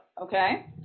okay